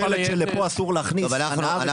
זה לא קשור לעניין.